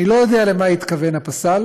אני לא יודע למה התכוון הפסל